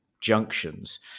junctions